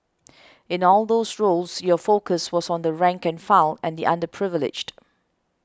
in all those roles your focus was on the rank and file and the underprivileged